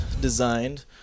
designed